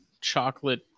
chocolate